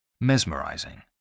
Mesmerizing